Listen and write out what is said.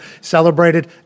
Celebrated